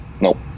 Nope